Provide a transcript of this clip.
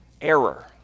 error